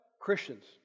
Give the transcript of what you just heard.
Christians